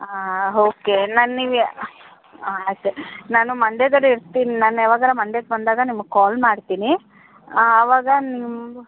ಹಾಂ ಹೋಕೆ ನಾನು ನೀವು ಹಾಂ ಅಷ್ಟೇ ನಾನು ಮಂಡ್ಯದಲ್ಲೇ ಇರ್ತೀನಿ ನಾನು ಯಾವಾಗಾರೂ ಮಂಡ್ಯಕ್ಕೆ ಬಂದಾಗ ನಿಮಗೆ ಕಾಲ್ ಮಾಡ್ತೀನಿ ಅವಾಗ ನಿಮ್ಮ